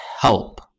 help